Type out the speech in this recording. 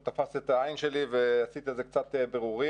זה תפס את העין שלי ועשיתי על זה קצת בירורים.